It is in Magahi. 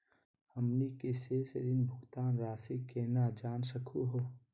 हमनी के शेष ऋण भुगतान रासी केना जान सकू हो?